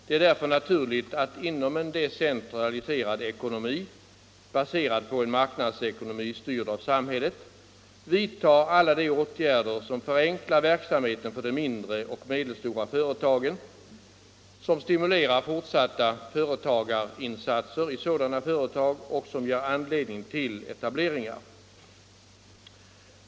Det är därför naturligt att inom en decentraliserad ekonomi — baserad på en marknadsekonomi, styrd av samhället — vidta alla de åtgärder som förenklar verksamheten för de mindre och medelstora företagen, som stimulerar fortsatta företagarinsatser i sådana företag och som ger anledning till etableringar.